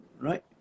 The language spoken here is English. right